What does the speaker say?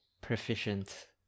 proficient